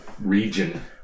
region